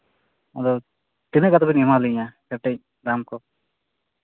ᱟᱫᱚ ᱛᱤᱱᱟᱹᱜ ᱠᱟᱛᱮᱫ ᱵᱮᱱ ᱮᱢᱟ ᱞᱤᱧᱟ ᱠᱟᱹᱴᱤᱡ ᱫᱟᱢ ᱠᱚ